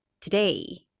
today